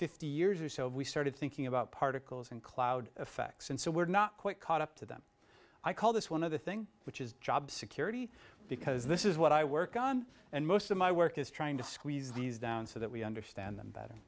fifty years or so we started thinking about particles and cloud effects and so we're not quite caught up to them i call this one of the thing which is job security because this is what i work on and most of my work is trying to squeeze these down so that we understand them better